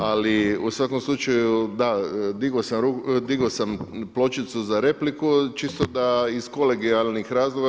Ali, u svakom slučaju, da, digao sam pločicu za repliku, čisto iz kolegijalnih razloga.